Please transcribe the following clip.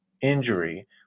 injury